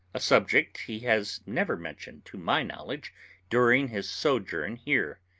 a subject he has never mentioned to my knowledge during his sojourn here.